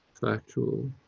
factual,